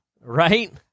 right